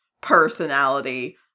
personality